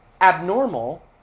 abnormal